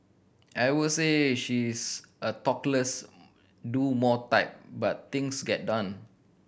I would say she is a talk less do more type but things get done